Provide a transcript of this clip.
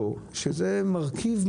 שיהיו בריאים,